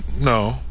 no